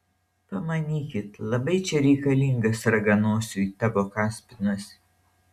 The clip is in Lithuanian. pamanykit labai čia reikalingas raganosiui tavo kaspinas